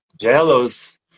jealous